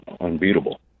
unbeatable